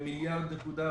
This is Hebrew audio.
1.46 מיליארד.